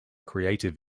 creative